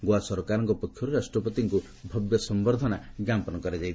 ଗୋଆ ସରକାରଙ୍କ ପକ୍ଷରୁ ରାଷ୍ଟ୍ରପତିଙ୍କୁ ଭବ୍ୟ ସମ୍ଭର୍ଦ୍ଧନା ଞ୍ଜାପନ କରାଯାଇଥିଲା